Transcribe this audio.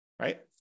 right